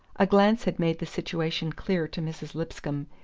a glance had made the situation clear to mrs. lipscomb,